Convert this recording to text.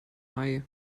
mai